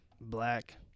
black